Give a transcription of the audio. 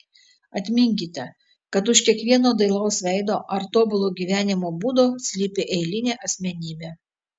atminkite kad už kiekvieno dailaus veido ar tobulo gyvenimo būdo slypi eilinė asmenybė